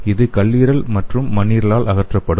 இது கல்லீரல் மற்றும் மண்ணீரலால் அகற்றப்படும்